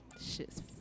Shit's